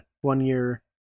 one-year